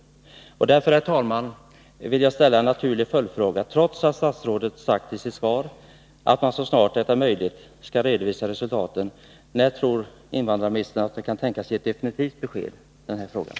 Därför, herr talman, vill jag ställa en naturlig följdfråga, trots att statsrådet isitt svar sagt att man så snart det är möjligt skall redovisa resultatet: När tror invandrarministern att det kan ges ett definitivt besked i dessa frågor?